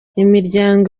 imiryango